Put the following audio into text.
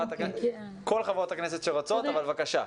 אחרי זה נשמע את חברות הכנסת שרוצות לדבר.